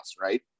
right